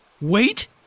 Wait